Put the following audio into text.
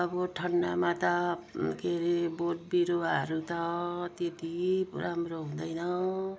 अब ठन्डामा त के अरे बोटबिरुवाहरू त त्यत्ति राम्रो हुँदैन